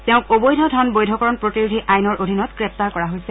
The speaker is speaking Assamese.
তেওঁক অবৈধ ধন বৈধকৰণ প্ৰতিৰোধী আইনৰ অদীনত গ্ৰেপ্তাৰ কৰা হৈছে